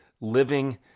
living